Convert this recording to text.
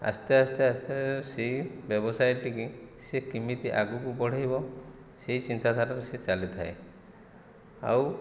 ଆସ୍ତେ ଆସ୍ତେ ଆସ୍ତେ ସେଇ ବ୍ୟବସାୟ ଟିକି ସେ କେମିତି ଆଗକୁ ବଢ଼େଇବ ସେଇ ଚିନ୍ତା ଧାରାରେ ସିଏ ଚାଲିଥାଏ ଆଉ